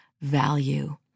value